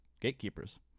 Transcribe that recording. Gatekeepers